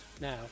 now